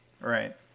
Right